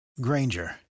Granger